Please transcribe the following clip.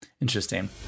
interesting